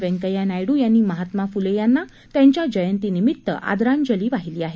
व्यंकय्या नायडू यांनी महात्मा फुले यांना त्यांच्या जयंतीनिमित्त आदराजली वाहिली आहे